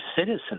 citizens